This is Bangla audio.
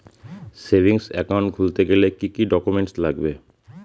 সেভিংস একাউন্ট খুলতে গেলে কি কি ডকুমেন্টস লাগবে?